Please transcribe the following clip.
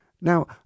Now